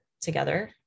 together